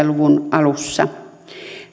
luvun alussa